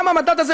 גם המדד הזה,